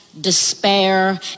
despair